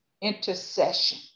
intercession